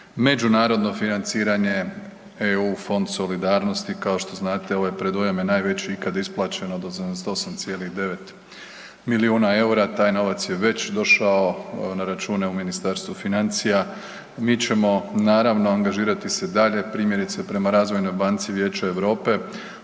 međunarodno financiranje, EU fond solidarnosti. Kao što znate, ovaj predujam je najveći ikad isplaćen, .../Govornik se ne razumije./... 8,9 milijuna eura, taj novac je već došao na račune u ministarstvu financija. Mi ćemo naravno, angažirati se dalje, primjerice, prema Razvojnoj banci Vijeća Europe